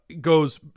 goes